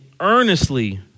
earnestly